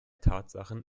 tatsachen